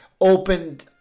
opened